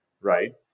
right